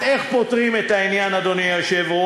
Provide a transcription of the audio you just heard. אז איך פותרים את העניין, אדוני היושב-ראש?